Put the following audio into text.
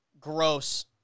gross